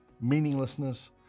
meaninglessness